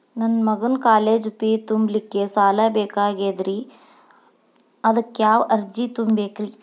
ನನ್ನ ಮಗನ college fee ತುಂಬಲಿಕ್ಕೆ ಸಾಲ ಬೇಕಾಗೆದ್ರಿ ಅದಕ್ಯಾವ ಅರ್ಜಿ ತುಂಬೇಕ್ರಿ?